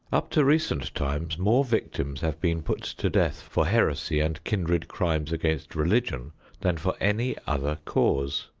up to recent times more victims have been put to death for heresy and kindred crimes against religion than for any other cause.